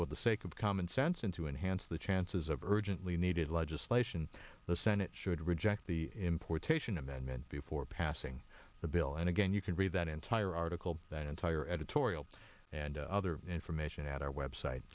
with the sake of common sense and to enhance the chances of urgently needed legislation the senate should reject the importation amendment before passing the bill and again you can read that entire article that entire editorial and other information at our website